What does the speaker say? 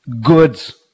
goods